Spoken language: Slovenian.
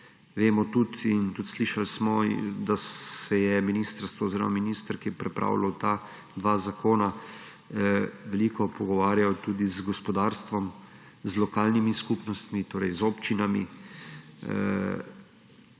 Vemo tudi in tudi slišali smo, da se je ministrstvo oziroma minister, ki je pripravljal ta dva zakona, veliko pogovarjal tudi z gospodarstvom, z lokalnimi skupnostmi, torej z občinami,